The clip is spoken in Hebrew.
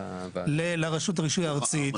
לרשות הרישוי הארצית,